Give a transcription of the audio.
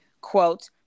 quote